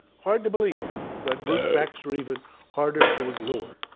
hard to believe. but brute facts are even harder to ignore.